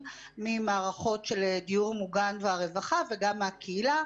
ממערכות של דיור מוגן והרווחה וגם מהקהילה,